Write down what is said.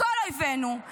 -- מכל אויבנו.